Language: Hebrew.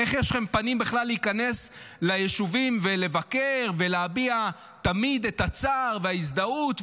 איך יש לכם פנים להיכנס ליישובים ולבקר ולהביע תמיד את הצער וההזדהות,